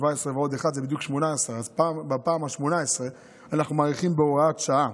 17 ועוד 1 זה בדיוק 18. אז בפעם ה-18 אנחנו מאריכים הוראת שעה